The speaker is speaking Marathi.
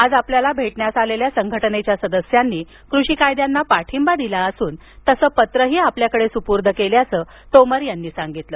आज आपल्याला भेटण्यास आलेल्या संघटनेच्या सदस्यांनी कृषी कायद्यांना पाठींबा दिला असून तसे पत्रही आपल्याकडे सुपूर्द केल्याचं तोमर यांनी सांगितलं